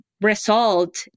result